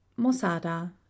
MOSADA